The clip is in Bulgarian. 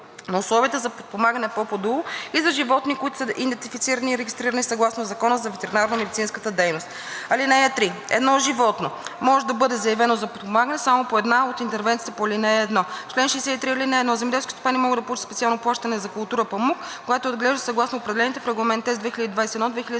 на условията за подпомагане по ОПДУ, и за животни, които са идентифицирани и регистрирани съгласно Закона за ветеринарномедицинската дейност. (3) Едно животно може да бъде заявено за подпомагане само по една от интервенциите по ал. 1. Чл. 63. (1) Земеделските стопани могат да получат специално плащане за култура памук, когато я отглеждат съгласно определените в Регламент (ЕС) 2021/2115